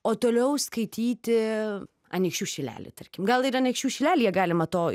o toliau skaityti anykščių šilelį tarkim gal ir anykščių šilelyje galima to